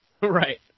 Right